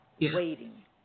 Waiting